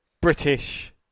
British